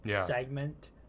segment